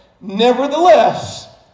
Nevertheless